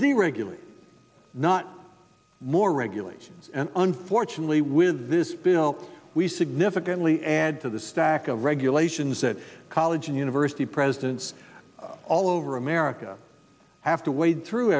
deregulate not more regulations and unfortunately with this bill we significantly add to the stack of regulations that college and university presidents all over america have to wade through